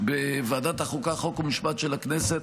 בוועדת החוקה, חוק ומשפט של הכנסת: